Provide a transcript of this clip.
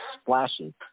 splashes